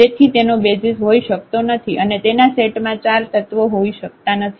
તેથી તેનો બેસિઝ હોઈ શકતો નથી અને તેના સેટ માં 4 તત્વો હોઈ શકતા નથી